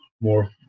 more